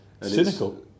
Cynical